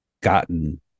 gotten